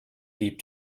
deep